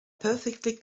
perfectly